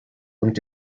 und